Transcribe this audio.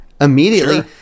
immediately